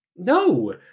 No